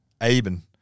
Aben